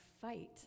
fight